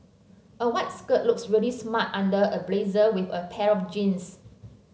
a white shirt looks really smart under a blazer with a pair of jeans